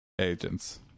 Agents